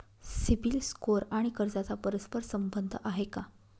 CIBIL score आणि कर्जाचा परस्पर संबंध आहे का?